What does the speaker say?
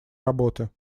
работы